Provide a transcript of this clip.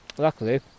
Luckily